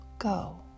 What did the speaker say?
Go